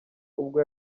ubwo